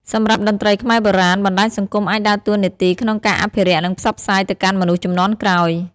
សម្រាប់តន្ត្រីខ្មែរបុរាណ បណ្ដាញសង្គមអាចដើរតួនាទីក្នុងការអភិរក្ស និងផ្សព្វផ្សាយទៅកាន់មនុស្សជំនាន់ក្រោយ។